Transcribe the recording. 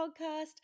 podcast